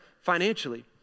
financially